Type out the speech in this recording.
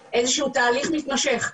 או איזשהו תהליך מתמשך,